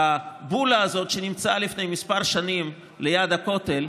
בבולה הזאת, שנמצאה לפני כמה שנים ליד הכותל,